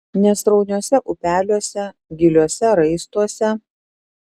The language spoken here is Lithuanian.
nesrauniuose upeliuose giliuose raistuose